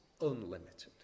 unlimited